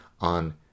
on